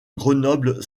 grenoble